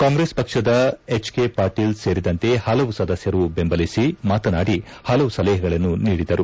ಕಾಂಗ್ರೆಸ್ ಪಕ್ಷದ H K Patil ಸೇರಿದಂತೆ ಪಲವು ಸದಸ್ಕರು ಬೆಂಬಲಿಸಿ ಮಾತನಾಡಿ ಪಲವು ಸಲಹೆಗಳನ್ನು ನೀಡಿದರು